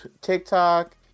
tiktok